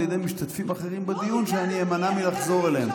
ידי משתתפים אחרים בדיון שאני אימנע מלחזור עליהם.